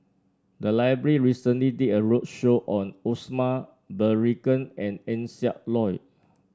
the library recently did a roadshow on Osman Merican and Eng Siak Loy